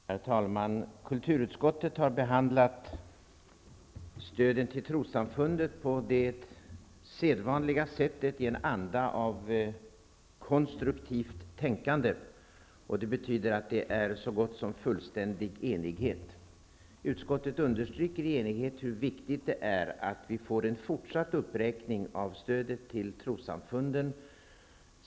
Herr talman! Kulturutskottet har behandlat stödet till trossamfunden på det sedvanliga sättet, dvs. i en anda av konstruktivt tänkande. Det betyder att det råder så gott som fullständig enighet. Utskottet understryker i enighet hur viktigt det är att vi får en fortsatt uppräkning av stödet till trossamfunden.